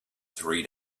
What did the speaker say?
three